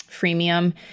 freemium